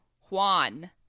Juan